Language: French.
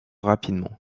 rapidement